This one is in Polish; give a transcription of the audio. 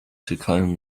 czekałem